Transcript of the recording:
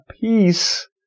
peace